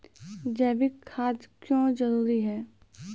जैविक खाद क्यो जरूरी हैं?